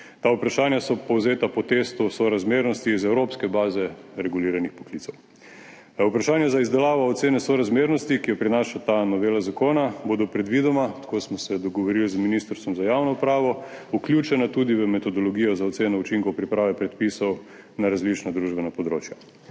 Ta vprašanja so povzeta po testu sorazmernosti iz evropske baze reguliranih poklicev. Vprašanja za izdelavo ocene sorazmernosti, ki jo prinaša ta novela zakona, bodo predvidoma – tako smo se dogovorili z Ministrstvom za javno upravo – vključena tudi v metodologijo za oceno učinkov priprave predpisov na različna družbena področja.